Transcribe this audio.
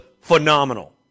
phenomenal